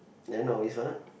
then always what